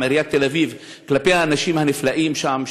עיריית תל אביב כלפי האנשים הנפלאים שם,